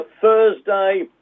Thursday